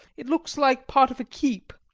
it looks like part of a keep,